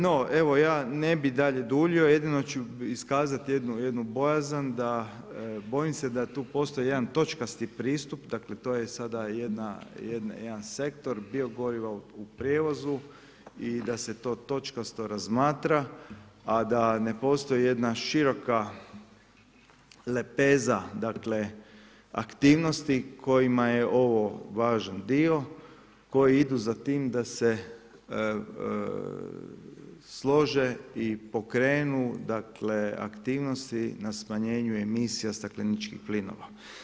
No evo ja ne bi dalje duljio, jedino ću iskazati jednu bojazan da bojim se da tu postoji jedan točkasti pristup, dakle to je sada jedan sektor bio goriva u prijevozu i da se to točkasto razmatra a ne postoji jedna široka lepeza dakle aktivnosti kojima je ovo važan dio koji idu za tim da se slože i pokrenu aktivnosti na smanjenju emisija stakleničkih plinova.